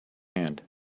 hand